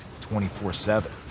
24-7